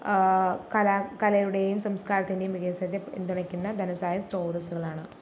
കല കലയുടേയും സംസ്കാരത്തിൻ്റെയും വികസനത്തെ പിന്തുണയ്ക്കുന്ന ധനസഹായ ശ്രോതസ്സുകളാണ്